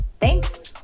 Thanks